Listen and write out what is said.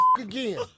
again